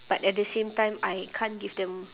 but at the same time I can't give them